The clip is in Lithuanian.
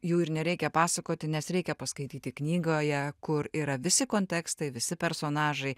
jų ir nereikia pasakoti nes reikia paskaityti knygoje kur yra visi kontekstai visi personažai